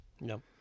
No